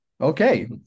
okay